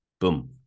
boom